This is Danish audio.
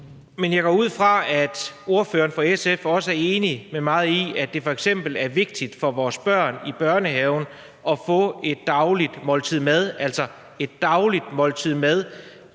Jeg går ud fra, at ordføreren for SF også er enig med mig i, at det f.eks. er vigtigt for vores børn i børnehaven at få et dagligt måltid mad.